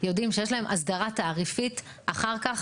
יודעים שיש להם הסדרה תעריפית אחר כך